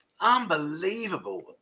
unbelievable